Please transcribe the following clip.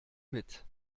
mit